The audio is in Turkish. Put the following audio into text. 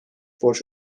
borç